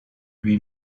lui